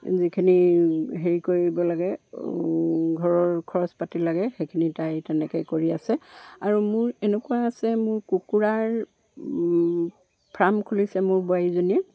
যিখিনি হেৰি কৰিব লাগে ঘৰৰ খৰচ পাতি লাগে সেইখিনি তাই তেনেকৈ কৰি আছে আৰু মোৰ এনেকুৱা আছে মোৰ কুকুৰাৰ ফাৰ্ম খুলিছে মোৰ বোৱাৰীজনীয়ে